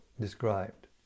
described